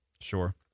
Sure